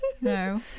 No